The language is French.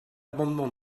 amendement